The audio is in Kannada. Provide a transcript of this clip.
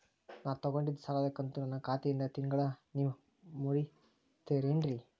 ನಾ ತೊಗೊಂಡಿದ್ದ ಸಾಲದ ಕಂತು ನನ್ನ ಖಾತೆಯಿಂದ ತಿಂಗಳಾ ನೇವ್ ಮುರೇತೇರೇನ್ರೇ?